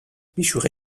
بیشوخی